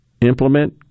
implement